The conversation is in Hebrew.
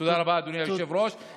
תודה רבה, אדוני היושב-ראש.